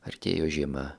artėjo žiema